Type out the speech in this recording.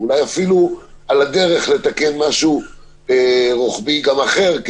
ואולי אפילו על הדרך לתקן משהו רוחבי גם אחר,